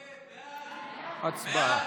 הצבעה.